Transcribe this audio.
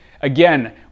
Again